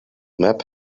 map